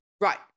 Right